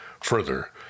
Further